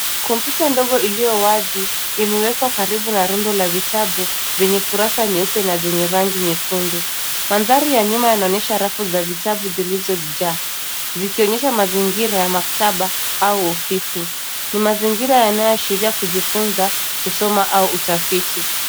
Kompyuta ndogo iliyo wazi, imewekwa karibu na rundo la vitabu zenye kurasa nyeupe na zenye rangi nyekundu. Mandhari ya nyuma yaonyesha rafu za vitabu zilizo jaa. Zikionyesha mazingira ya maktaba au ofisi. Ni mazingira yanayo ashiria kujifunza, kusoma au utafiti.